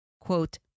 quote